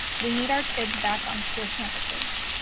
we need our kids back on school campuses.